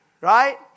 right